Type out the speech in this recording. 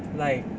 like